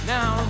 Now